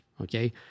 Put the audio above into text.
okay